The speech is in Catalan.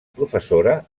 professora